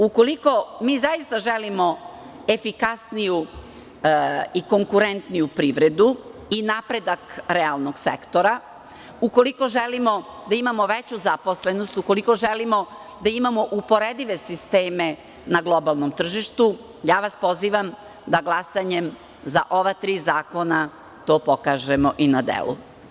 Ukoliko zaista želimo efikasniju i konkurentniju privredu i napredak realnog sektora, ukoliko želimo da imamo veću zaposlenost, ukoliko želimo da imamo uporedive sisteme na globalnom tržištu, pozivam vas da glasanjem za ova tri zakona to pokažemo i na delu.